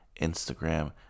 Instagram